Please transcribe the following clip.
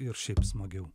ir šiaip smagiau